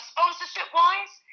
Sponsorship-wise